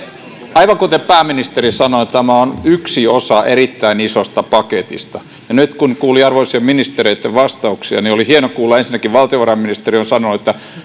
aivan kuten pääministeri sanoi tämä on yksi osa erittäin isosta paketista nyt kun kuuli arvoisien ministereitten vastauksia niin oli hieno kuulla ensinnäkin valtiovarainministeriön sanoneen että